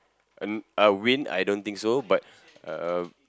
uh uh win I don't think so but uh